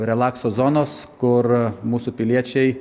relakso zonos kur mūsų piliečiai